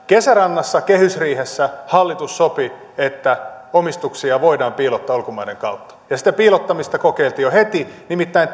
kesärannassa kehysriihessä hallitus sopi että omistuksia voidaan piilottaa ulkomaiden kautta ja sitä piilottamista kokeiltiin jo heti nimittäin